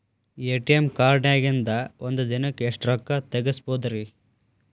ATM ಕಾರ್ಡ್ನ್ಯಾಗಿನ್ದ್ ಒಂದ್ ದಿನಕ್ಕ್ ಎಷ್ಟ ರೊಕ್ಕಾ ತೆಗಸ್ಬೋದ್ರಿ?